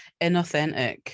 inauthentic